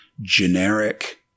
generic